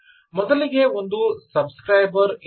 ಮೊದಲಿಗೆ ಒಂದು subscriber ಇರಲಿ